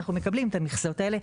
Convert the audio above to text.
אנחנו מקבלים את המכסות האלה.